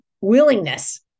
Willingness